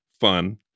fun